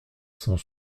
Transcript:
cent